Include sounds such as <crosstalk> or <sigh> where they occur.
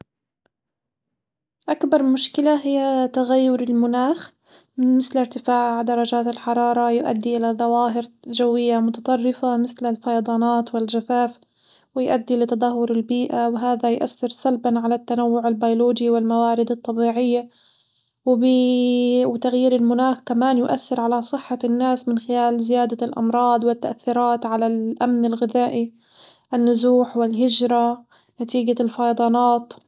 أكبر مشكلة هي تغير المناخ مثل ارتفاع درجا ت الحرارة يؤدي إلى ظواهر جوية متطرفة مثل الفيضانات والجفاف ويؤدي إلى تدهور البيئة، وهذا يؤثر سلبًا على التنوع البيولوجي والموارد الطبيعية، وبي <hesitation> وتغيير المناخ كمان يؤثر على صحة الناس من خلال زيادة الأمراض والتأثيرات على الأمن الغذائي، النزوح والهجرة، نتيجة الفيضانات.